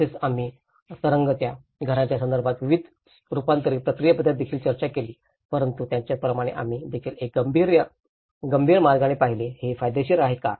तसेच आम्ही तरंगत्या घरांच्या संदर्भात विविध रूपांतर प्रक्रियेबद्दल देखील चर्चा केली परंतु त्याचप्रमाणे आम्ही देखील एक गंभीर मार्गाने पाहिले हे फायदेशीर आहे का